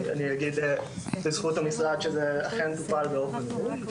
אני אגיד לזכות המשרד שזה אכן טופל באופן יעיל.